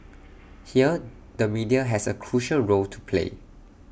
here the media has A crucial role to play